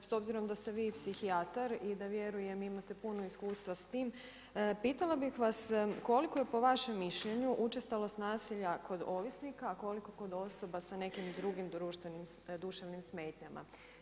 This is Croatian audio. S obzirom da ste vi psihijatar i da vjerujem imate puno iskustva s time, pitala bih vas, koliko je po vašem mišljenju učestalost nasilja kod ovisnika a koliko kod osoba sa nekim drugim duševnim smetnjama?